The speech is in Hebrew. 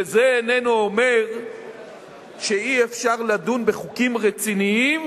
וזה איננו אומר שאי-אפשר לדון בחוקים רציניים,